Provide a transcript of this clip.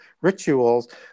rituals